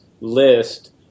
list